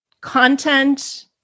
content